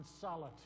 solitude